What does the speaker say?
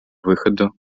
выходу